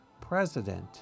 President